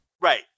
Right